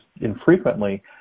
infrequently